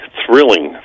thrilling